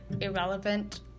irrelevant